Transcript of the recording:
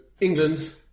England